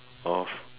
of